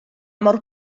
mor